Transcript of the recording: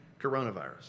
coronavirus